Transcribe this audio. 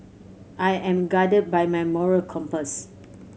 I am guided by my moral compass